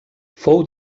fou